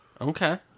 Okay